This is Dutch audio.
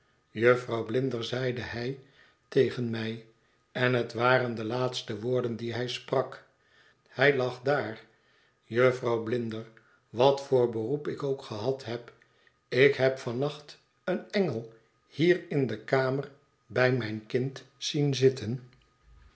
jufvrouw blinder zeide hij tegen mij en het waren de laatste woorden dié hij sprak hij lag daar jufvrouw blinder wat voor beroep ik ook gehad heb ik heb van nacht een engel hier in de kamer bij mijn kind zien zitten